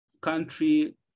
country